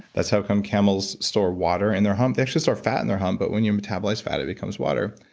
that's how come camels store water in their hump. they actually store fat in their hump, but when you metabolize fat it becomes water.